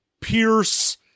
pierce